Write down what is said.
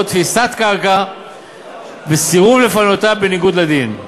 תפיסת קרקע וסירוב לפנותה בניגוד לדין.